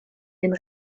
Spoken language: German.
den